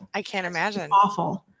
i can't imagine. awful.